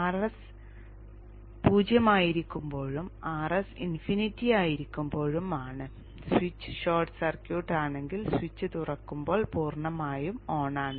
Rs 0 ആയിരിക്കുമ്പോഴും Rs infinity ആയിരിക്കുമ്പോഴും ആണ് സ്വിച്ച് ഷോർട്ട് സർക്യൂട്ട് ആണെങ്കിൽ സ്വിച്ച് തുറക്കുമ്പോൾ പൂർണ്ണമായും ഓണാണ്